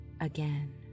again